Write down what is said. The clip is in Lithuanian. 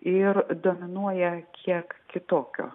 ir dominuoja kiek kitokio